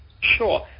Sure